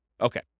Okay